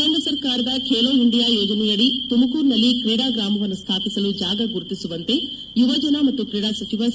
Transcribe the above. ಕೇಂದ್ರ ಸರ್ಕಾರದ ಖೇಲೋ ಇಂಡಿಯಾ ಯೋಜನೆಯಡಿ ತುಮಕೂರಿನಲ್ಲಿ ಕ್ರೀಡಾ ಗ್ರಾಮವನ್ನು ಸ್ಥಾಪಿಸಲು ಜಾಗವನ್ನು ಗುರುತಿಸುವಂತೆ ಯುವಜನ ಮತ್ತು ಕ್ರೀಡಾ ಸಚಿವ ಸಿ